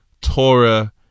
torah